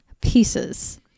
pieces